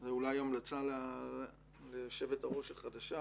זה אולי המלצה לראש האגף החדשה.